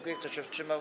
Kto się wstrzymał?